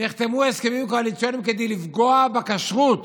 נחתמו הסכמים קואליציוניים כדי לפגוע בכשרות